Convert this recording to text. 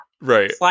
right